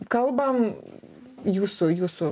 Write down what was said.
kalbam jūsų jūsų